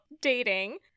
dating